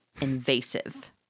invasive